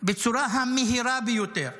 בצורה המהירה ביותר.